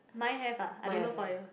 mine have ah I don't know for you